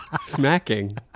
smacking